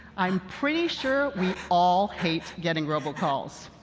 i'm pretty sure we all hate getting robocalls.